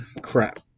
Crap